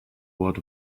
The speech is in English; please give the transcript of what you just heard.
word